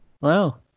Wow